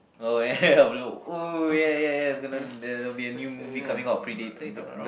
oh ya ya blue oh ya ya ya there's gonna there will be a new movie coming out Predator if I'm not wrong